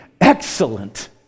excellent